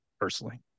personally